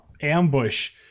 ambush